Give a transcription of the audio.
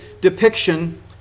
depiction